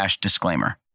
disclaimer